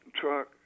truck